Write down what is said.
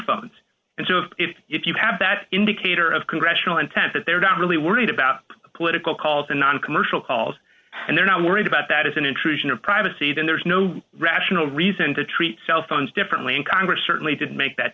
it if you have that indicator of congressional intent that they're not really worried about political calls and noncommercial calls and they're not worried about that as an intrusion of privacy then there's no rational reason to treat cell phones differently in congress certainly didn't make that